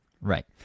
Right